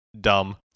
dumb